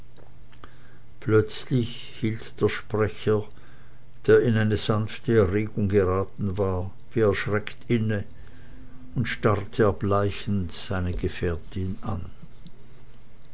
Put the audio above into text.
plötzlich hielt der sprecher der in eine sanfte erregung geraten war wie erschreckt inne und starrte erbleichend seine gefährtin an